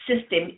system